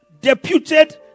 deputed